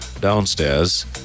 downstairs